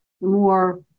more